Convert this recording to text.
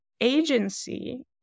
agency